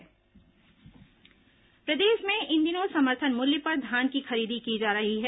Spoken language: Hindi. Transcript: धान खरीदी प्रदेश में इन दिनों समर्थन मूल्य पर धान की खरीदी की जा रही है